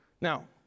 Now